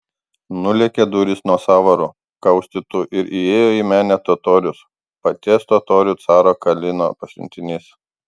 nulėkė durys nuo sąvarų kaustytų ir įėjo į menę totorius paties totorių caro kalino pasiuntinys